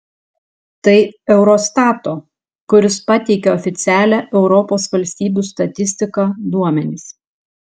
tai eurostato kuris pateikia oficialią europos valstybių statistiką duomenys